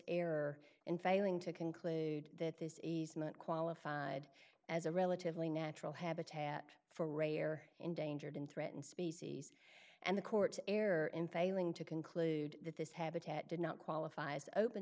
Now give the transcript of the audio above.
error in failing to conclude that this easement qualified as a relatively natural habitat for a rare endangered and threatened species and the court error in failing to conclude that this habitat did not qualify as open